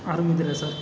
ಆರಮಿದ್ದೀರ sir